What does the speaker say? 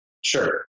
sure